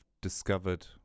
discovered